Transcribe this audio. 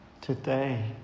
today